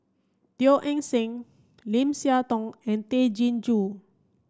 Teo Eng Seng Lim Siah Tong and Tay Chin Joo